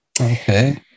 Okay